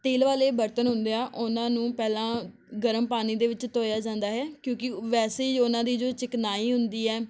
ਤੇਲ ਵਾਲੇ ਬਰਤਨ ਹੁੰਦੇ ਆ ਉਹਨਾਂ ਨੂੰ ਪਹਿਲਾਂ ਗਰਮ ਪਾਣੀ ਦੇ ਵਿੱਚ ਧੋਇਆ ਜਾਂਦਾ ਹੈ ਕਿਉਂਕਿ ਵੈਸੇ ਹੀ ਉਹਨਾਂ ਦੀ ਜੋ ਚਿਕਨਾਈ ਹੁੰਦੀ ਹੈ